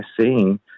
seeing